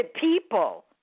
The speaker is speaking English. people